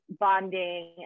bonding